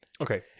Okay